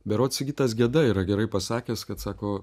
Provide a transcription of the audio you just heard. berods sigitas geda yra gerai pasakęs kad sako